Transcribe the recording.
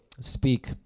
speak